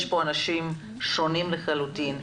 יש אנשים שונים לחלוטין.